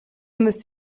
müsst